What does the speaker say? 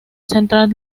central